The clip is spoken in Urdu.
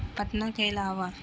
پٹنہ کے علاوہ